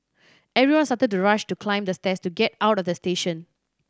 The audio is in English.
everyone started to rush to climb the stairs to get out of the station